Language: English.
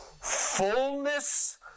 fullness